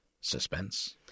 Suspense